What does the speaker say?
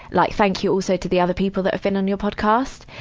like thank you also to the other people that have been on your podcast